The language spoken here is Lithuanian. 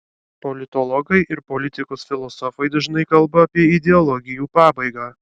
politologai ir politikos filosofai dažnai kalba apie ideologijų pabaigą